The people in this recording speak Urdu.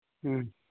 ہوں